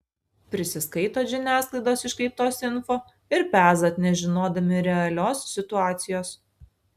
prisiskaitot žiniasklaidos iškreiptos info ir pezat nežinodami realios situacijos